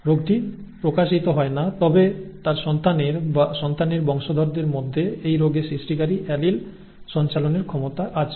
রোগটি প্রকাশিত হয় না তবে তার সন্তানের বা সন্তানের বংশধরদের মধ্যে এই রোগে সৃষ্টিকারী অ্যালিল সঞ্চালনের ক্ষমতা আছে